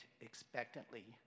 expectantly